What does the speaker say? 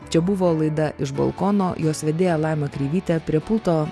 čia buvo laida iš balkono jos vedėja laima kreivytė prie pulto